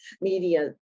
media